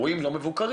אירועים לא מבוקרים.